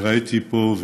ראיתי פה,